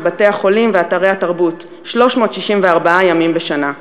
בתי-החולים ואתרי התרבות 364 ימים בשנה,